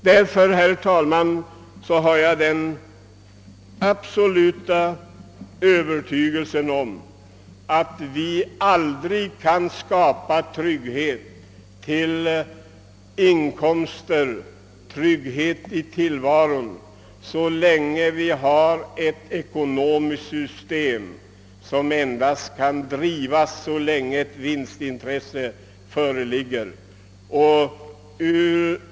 Därför är jag, herr talman, av den absoluta övertygelsen att vi aldrig kan skapa trygghet i fråga om inkomster och i fråga om tillvaron över huvud taget så länge vi har ett ekonomiskt system som endast kan drivas så länge ett vinstintresse föreligger.